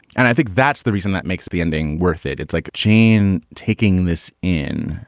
and think that's the reason that makes the ending worth it. it's like jane taking this in.